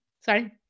sorry